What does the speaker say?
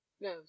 no